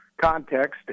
context